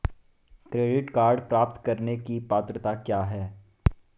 Credit card प्राप्त करने की पात्रता क्या है?